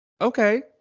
okay